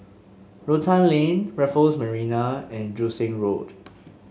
Rotan Lane Raffles Marina and Joo Seng Road